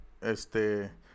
Este